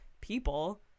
people